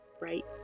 right